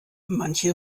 manche